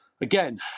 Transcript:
again